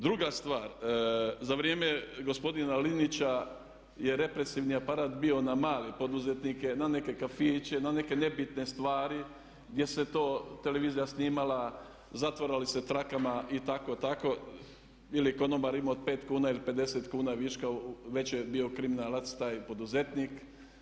Druga stvar, za vrijeme gospodina Linića je represivni aparat bio na male poduzetnike, na neke kafiće, na neke nebitne stvari, gdje se to televizija snimala, zatvarali se trakama i tako-tako, je li konobar imao 5 kuna ili 50 kuna viška već je bio kriminalac taj poduzetnik.